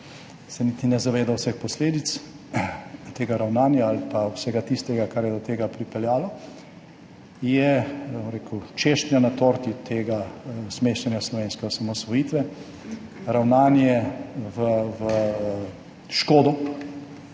niti ne zaveda vseh posledic tega ravnanja ali pa vsega tistega, kar je do tega pripeljalo, je češnja na torti smešenja slovenske osamosvojitve, ravnanje v škodo